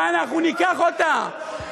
ואנחנו ניקח אותה,